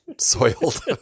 soiled